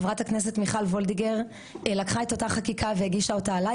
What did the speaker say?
חברת הכנסת מיכל וולדיגר לקחה את אותה חקיקה והגישה אותה עליי.